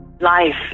life